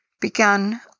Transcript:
began